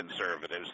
conservatives